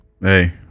hey